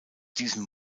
diesem